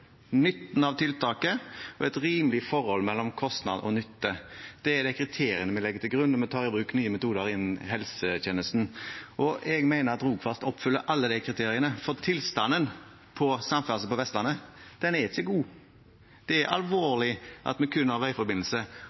nytten av tiltaket og et rimelig forhold mellom kostnad og nytte. Det er de kriteriene vi legger til grunn når vi tar i bruk nye metoder innen helsetjenesten. Jeg mener at Rogfast oppfyller alle disse kriteriene, for tilstanden på samferdsel på Vestlandet er ikke god. Det er alvorlig at vi kun har veiforbindelse